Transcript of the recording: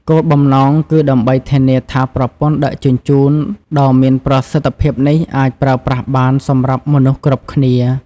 គោលបំណងគឺដើម្បីធានាថាប្រព័ន្ធដឹកជញ្ជូនដ៏មានប្រសិទ្ធភាពនេះអាចប្រើប្រាស់បានសម្រាប់មនុស្សគ្រប់គ្នា។